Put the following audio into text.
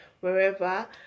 wherever